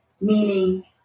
Meaning